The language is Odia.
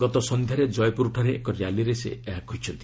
ଗତ ସଂଧ୍ୟାରେ ଜୟପ୍ରରଠାରେ ଏକ ର୍ୟାଲିରେ ସେ ଏହା କହିଛନ୍ତି